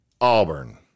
Auburn